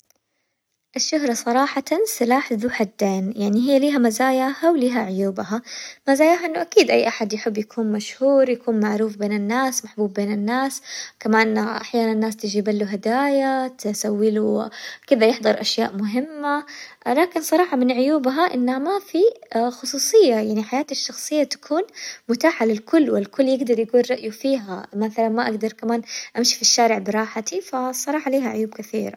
الشهرة صراحةً سلاح ذو حدين، يعني هي ليها مزاياها وليها عيوبها، مزاياها إنه أكيد أي أحد يحب يكون مشهور يكون معروف بين الناس محبوب بين الناس، كمان أحياناً الناس تجيبله هدايا تسويله كذا يحظر أشياء مهمة، لكن صراحة من عيوبها إنها ما في خصوصية يعني حياته الشخصية تكون متاحة للكل، والكل يقدر يقول رأيه فيها مثلاً ما أقدر كمان أمشي في الشارع براحتي فصراحة ليها عيوب كثير.